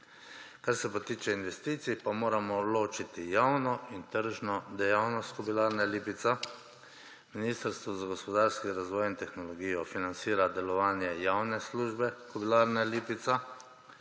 Kar se pa tiče investicij, pa moramo ločiti javno in tržno dejavnost Kobilarne Lipica. Ministrstvo za gospodarski razvoj in tehnologijo financira delovanje javne službe Kobilarne Lipica.